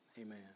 Amen